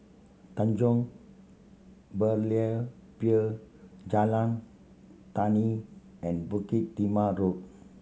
Tanjong Berlayer Pier Jalan Tani and Bukit Timah Road